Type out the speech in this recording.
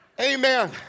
amen